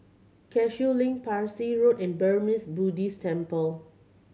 Cashew Link Parsi Road and Burmese Buddhist Temple